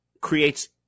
creates –